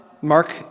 Mark